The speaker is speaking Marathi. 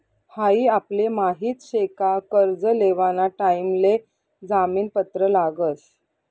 हाई आपले माहित शे का कर्ज लेवाना टाइम ले जामीन पत्र लागस